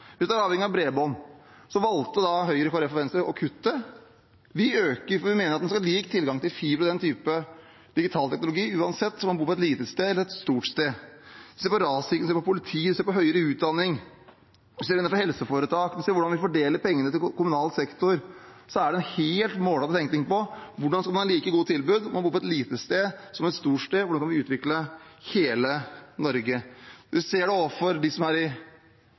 er avhengige av bredbånd, valgte Høyre, Kristelig Folkeparti og Venstre å kutte. Vi øker, for vi mener at det skal være lik tilgang til fiber og den typen digital teknologi uansett om man bor på et lite sted eller et stort sted. Vi ser det på rassikring, vi ser det på politiet, vi ser det på høyere utdanning, vi ser det på helseforetak, vi ser det på hvordan vi fordeler pengene til kommunal sektor: Det er en helt målrettet tenkning om hvordan man skal ha like gode tilbud om man bor på et lite sted, som om man bor på et stort sted – hvordan vi kan utvikle hele Norge. Man ser